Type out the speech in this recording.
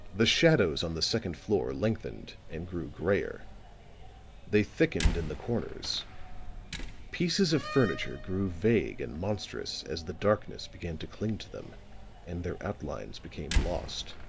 the shadows on the second floor lengthened and grew grayer they thickened in the corners pieces of furniture grew vague and monstrous as the darkness began to cling to them and their outlines became lost